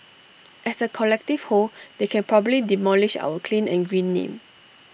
as A collective whole they can probably demolish our clean and green name